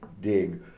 dig